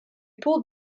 pulled